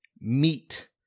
meat